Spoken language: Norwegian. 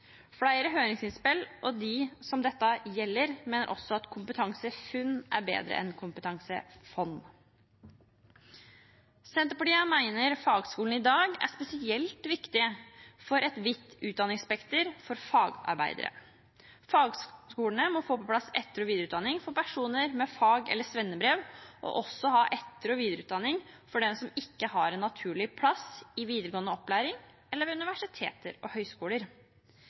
Flere høringsinnspill og de som dette gjelder, mener også kompetansefunn er bedre enn kompetansefond. Senterpartiet mener fagskolene i dag er spesielt viktig for et vidt utdanningsspekter for fagarbeidere. Fagskolene må få på plass etter- og videreutdanning for personer med fag- eller svennebrev, og også ha etter- og videreutdanning for dem som ikke har en naturlig plass i videregående opplæring eller ved universiteter og høyskoler.